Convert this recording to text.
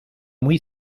muy